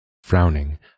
Frowning